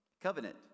covenant